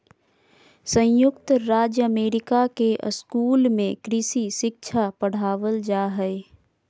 संयुक्त राज्य अमेरिका के स्कूल में कृषि शिक्षा पढ़ावल जा हइ